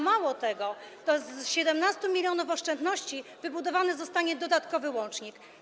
Mało tego, to z 17 mln oszczędności wybudowany zostanie dodatkowy łącznik.